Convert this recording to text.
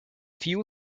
fuel